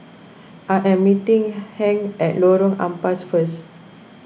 I am meeting Hank at Lorong Ampas first